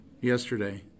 yesterday